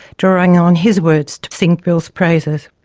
drawing on his words to sing bill's praises.